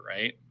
right